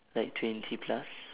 like twenty plus